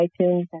iTunes